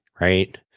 right